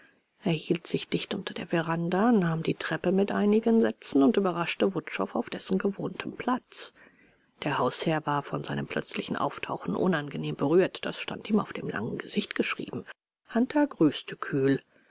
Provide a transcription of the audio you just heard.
hielt sich dicht unter der veranda nahm die treppe mit einigen sätzen und überraschte wutschow auf dessen gewohntem platz der hausherr war von seinem plötzlichen auftauchen unangenehm berührt das stand ihm auf dem langen gesicht geschrieben hunter grüßte kühl